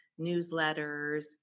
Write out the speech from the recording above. newsletters